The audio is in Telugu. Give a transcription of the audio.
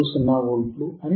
20V అని మీరు చూస్తారు